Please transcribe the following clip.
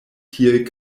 tiel